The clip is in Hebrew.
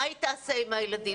מה היא תעשה עם הילדים